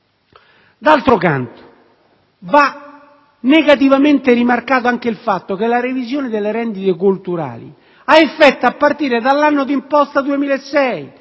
D'altro canto, va negativamente rimarcato anche il fatto che la revisione delle rendite colturali ha effetto a partire dall'anno di imposta del